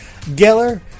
Geller